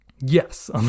Yes